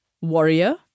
warrior